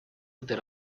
этой